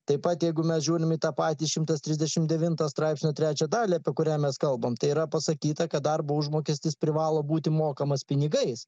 taip pat jeigu mes žiūrim į tą patį šimtas trisdešimt devintą straipsnio trečią dalį apie kurią mes kalbam tai yra pasakyta kad darbo užmokestis privalo būti mokamas pinigais